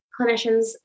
clinicians